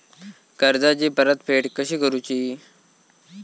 कर्जाची परतफेड कशी करूची?